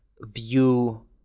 view